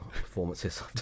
performances